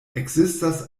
ekzistas